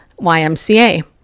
YMCA